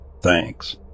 thanks